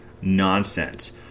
nonsense